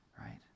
right